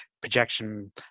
projection